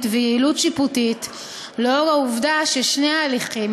ויעילות שיפוטית לאור העובדה ששני ההליכים,